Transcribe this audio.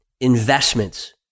investments